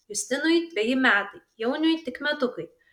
justinui dveji metai jauniui tik metukai